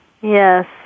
Yes